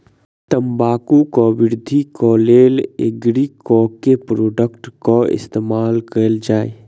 तम्बाकू केँ वृद्धि केँ लेल एग्री केँ के प्रोडक्ट केँ इस्तेमाल कैल जाय?